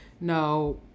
no